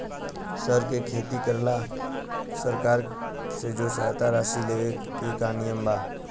सर के खेती करेला सरकार से जो सहायता राशि लेवे के का नियम बा?